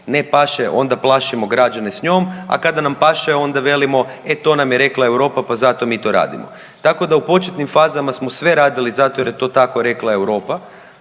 građane plašimo građane s njom, a kada nam paše onda velimo e to nam je rekla Europa pa zato mi to radimo. Tako da u početnim fazama smo sve radili zato jer je to tako rekla Europa,